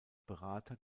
berater